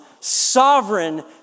sovereign